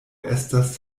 estas